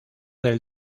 del